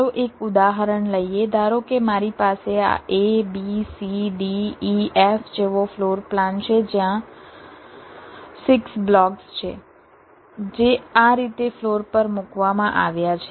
ચાલો એક ઉદાહરણ લઈએ ધારો કે મારી પાસે આ a b c d e f જેવો ફ્લોર પ્લાન છે ત્યાં 6 બ્લોક્સ છે જે આ રીતે ફ્લોર પર મૂકવામાં આવ્યા છે